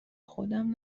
خودم